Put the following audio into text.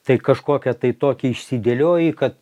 tai kažkokią tai tokią išsidėlioji kad